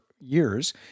years